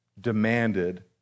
demanded